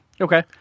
Okay